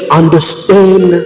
understand